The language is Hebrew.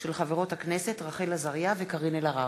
תודה.